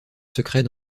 secret